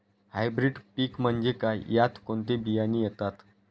Hybrid पीक म्हणजे काय? यात कोणते बियाणे येतात?